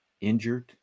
injured